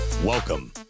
Welcome